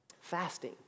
fasting